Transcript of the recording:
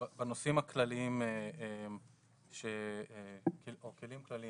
בנושאים הכלליים, או בכלים הכללים